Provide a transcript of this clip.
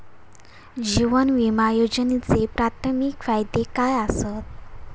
जीवन विमा योजनेचे प्राथमिक फायदे काय आसत?